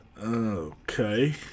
Okay